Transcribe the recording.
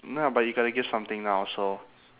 nah but you gotta give something now also